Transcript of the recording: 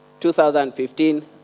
2015